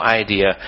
idea